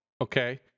Okay